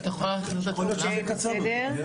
יכול להיות שזה יהיה קצר יותר,